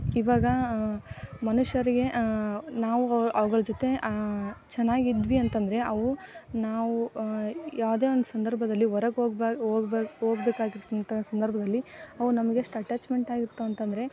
ಇವಾಗ ಮನುಷ್ಯರಿಗೆ ನಾವು ಅವುಗಳ ಜೊತೆ ಚೆನ್ನಾಗಿದ್ವಿ ಅಂತಂದರೆ ಅವು ನಾವು ಯಾವುದೇ ಒಂದು ಸಂದರ್ಭದಲ್ಲಿ ಹೊರಗ್ ಹೋಗ್ಬೇಕಾಗಿದ್ದಂತ ಸಂದರ್ಭದಲ್ಲಿ ಅವು ನಮ್ಗೆಷ್ಟು ಅಟ್ಯಾಚ್ಮೆಂಟ್ ಆಗಿರ್ತವೆ ಅಂತಂದರೆ